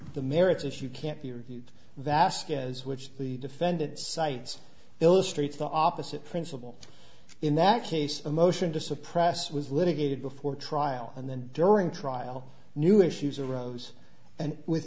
the merits if you can't be reviewed vasquez which the defendant cites illustrates the opposite principle in that case a motion to suppress was litigated before trial and then during trial new issues arose